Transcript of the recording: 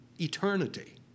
eternity